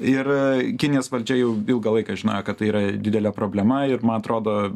ir kinijos valdžia jau ilgą laiką žinojo kad tai yra didelė problema ir man atrodo